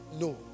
No